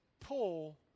Pull